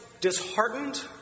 disheartened